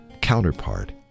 counterpart